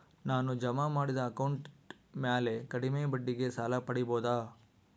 ನಾನು ಜಮಾ ಮಾಡಿದ ಅಕೌಂಟ್ ಮ್ಯಾಲೆ ಕಡಿಮೆ ಬಡ್ಡಿಗೆ ಸಾಲ ಪಡೇಬೋದಾ?